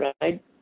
right